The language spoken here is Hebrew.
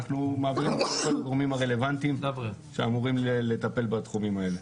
אנחנו מעבירים את הכל לגורמים הרלוונטיים שאמורים לטפל בתחומים האלה.